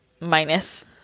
minus